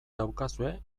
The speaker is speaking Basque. daukazue